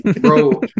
Bro